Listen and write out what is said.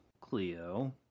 Cleo